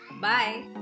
Bye